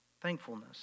Thankfulness